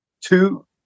two